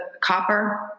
copper